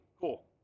cool